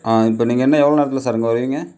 இப்போ நீங்கள் இன்னும் எவ்வளோ நேரத்தில் சார் இங்கே வருவீங்க